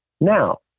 Now